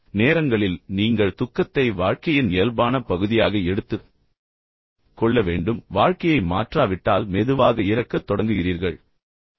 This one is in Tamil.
எனவே சில நேரங்களில் நீங்கள் துக்கத்தை வாழ்க்கையின் இயல்பான பகுதியாக எடுத்துக் கொள்ள வேண்டும் உங்கள் இதயம் வேகமாக துடிக்கிறது நீங்கள் உங்கள் வாழ்க்கையை மாற்றாவிட்டால் மெதுவாக இறக்கத் தொடங்குகிறீர்கள்